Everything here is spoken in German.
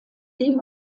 dem